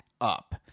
up